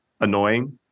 Annoying